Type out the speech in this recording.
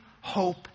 hope